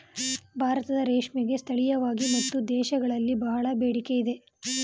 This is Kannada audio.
ಭಾರತದ ರೇಷ್ಮೆಗೆ ಸ್ಥಳೀಯವಾಗಿ ಮತ್ತು ದೇಶಗಳಲ್ಲಿ ಬಹಳ ಬೇಡಿಕೆ ಇದೆ